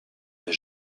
des